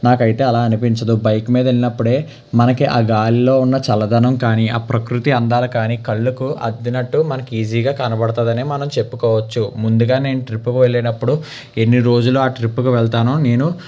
నాకైతే అలా అనిపించదు బైకు మీద వెళ్లినప్పుడే ఆ గాలిలో ఉన్న చల్లదనం కానీ ఆ ప్రకృతి అందాలు కానీ కళ్ళకు అద్దినట్టు మనకు ఈజీగా కనబడతాదనే మనం చెప్పుకోవచ్చు ముందుగా నేను ట్రిప్పుకి వెళ్ళినప్పుడు ఎన్ని రోజులు ఆ ట్రిప్పుకి వెళ్తానో నేను